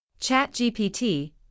ChatGPT